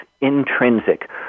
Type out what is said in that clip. intrinsic